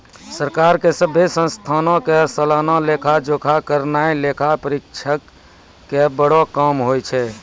सरकार के सभ्भे संस्थानो के सलाना लेखा जोखा करनाय लेखा परीक्षक के बड़ो काम होय छै